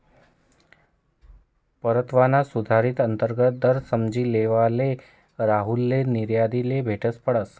परतावाना सुधारित अंतर्गत दर समझी लेवाले राहुलले निर्यातदारले भेटनं पडनं